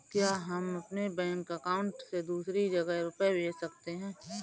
क्या हम अपने बैंक अकाउंट से दूसरी जगह रुपये भेज सकते हैं?